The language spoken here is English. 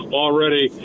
already